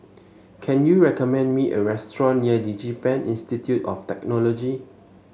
can you recommend me a restaurant near DigiPen Institute of Technology